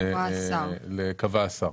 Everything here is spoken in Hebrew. לומר קבע השר.